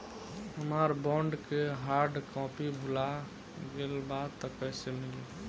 हमार बॉन्ड के hard copy भुला गएलबा त कैसे मिली?